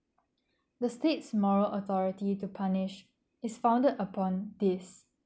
the states moral authority to punish is founded upon this